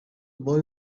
boy